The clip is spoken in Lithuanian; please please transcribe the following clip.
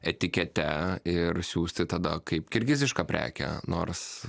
etikete ir siųsti tada kaip kirgizišką prekę nors